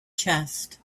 chest